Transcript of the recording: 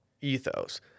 ethos